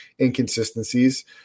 inconsistencies